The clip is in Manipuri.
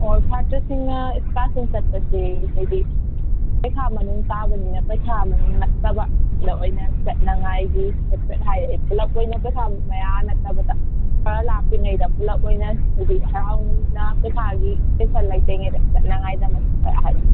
ꯑꯣ ꯁꯥꯠꯇ꯭ꯔꯁꯤꯡꯅ ꯏꯁꯀꯥꯔꯁꯟ ꯆꯠꯄꯁꯦ ꯍꯥꯏꯗꯤ ꯄꯩꯈꯥ ꯃꯅꯨꯡ ꯇꯥꯕꯅꯤꯅ ꯄꯩꯈꯥ ꯃꯅꯨꯡ ꯅꯠꯇꯕꯗ ꯑꯣꯏꯅ ꯆꯠꯅꯉꯥꯏꯒꯤ ꯍꯥꯏꯐꯦꯠ ꯍꯥꯏꯔꯛꯑꯦ ꯄꯨꯂꯞ ꯑꯣꯏꯅ ꯄꯩꯈꯥ ꯃꯌꯥ ꯅꯠꯇꯕꯗ ꯈꯔ ꯂꯥꯞꯄꯤꯉꯩꯗ ꯄꯨꯂꯞ ꯑꯣꯏꯅ ꯑꯗꯨ ꯍꯔꯥꯎꯅ ꯄꯩꯈꯥꯒꯤ ꯇꯦꯟꯁꯟ ꯂꯩꯇ꯭ꯔꯤꯉꯥꯏꯗ ꯆꯠꯅꯉꯥꯏꯒꯤꯗꯃꯛꯇ ꯍꯥꯏꯔꯛꯑꯦ